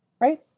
right